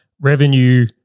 revenue